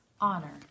honor